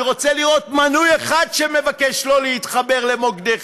אני רוצה לראות מנוי אחד שמבקש שלא להתחבר למוקדי חירום.